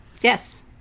Yes